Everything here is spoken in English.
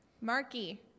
Marky